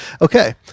Okay